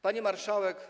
Pani Marszałek!